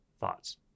thoughts